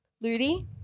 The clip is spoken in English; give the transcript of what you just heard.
Ludi